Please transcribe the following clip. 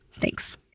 Thanks